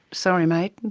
sorry mate,